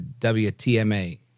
WTMA